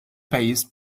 paste